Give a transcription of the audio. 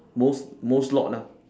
most most lot lah